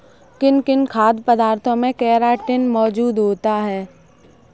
किन किन खाद्य पदार्थों में केराटिन मोजूद होता है?